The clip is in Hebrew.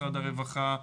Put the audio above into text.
משרד הרווחה,